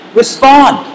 respond